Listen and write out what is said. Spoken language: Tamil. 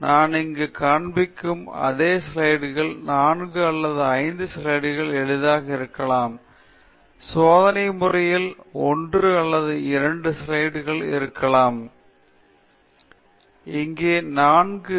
எனவே உதாரணமாக நான் இங்கு காண்பிக்கும் அதே ஸ்லைடு நான்கு அல்லது ஐந்து ஸ்லைடுகள் எளிதாக இருந்திருக்கலாம் சோதனை முறைகளில் ஒன்று அல்லது இரண்டு ஸ்லைடுகள் இருந்திருக்கலாம் தயாரிக்கப்பட்ட மாதிரிகள் மீது ஸ்லைடு இருக்கலாம் மாதிரிகள் மாதிரிகள் எலக்ட்ரான் மைக்ரோஸ்கோப் electron microscoph பின்னர் ஒரு சில ஸ்லைடுகள் இயந்திர பண்புகளில் ஒன்று மின் பண்புகள் ஒரு